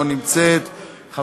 לא נמצאת,